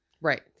Right